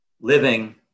living